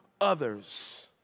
others